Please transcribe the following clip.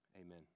amen